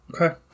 Okay